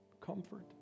comfort